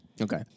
Okay